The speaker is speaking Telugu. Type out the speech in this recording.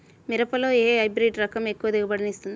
మిరపలో ఏ హైబ్రిడ్ రకం ఎక్కువ దిగుబడిని ఇస్తుంది?